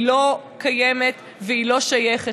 היא לא קיימת והיא לא שייכת.